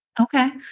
Okay